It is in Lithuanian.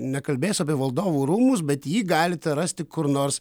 nekalbės apie valdovų rūmus bet jį galite rasti kur nors